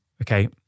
okay